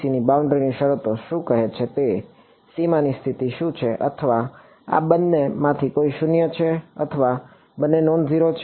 ની બાઉન્ડ્રી શરતો શું કહે છે તે સીમાની સ્થિતિ શું છે અથવા આ બંનેમાંથી કોઈ શૂન્ય છે અથવા બંને નોનઝેરો છે